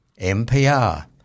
MPR